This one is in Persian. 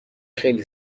خیلی